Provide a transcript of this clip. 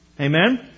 Amen